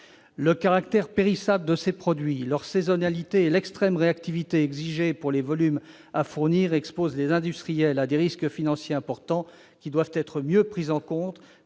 Le caractère périssable de ces produits, leur saisonnalité et l'extrême réactivité exigée pour les volumes à fournir exposent les industriels à des risques financiers importants, qui doivent être mieux pris en compte